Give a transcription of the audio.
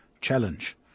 challenge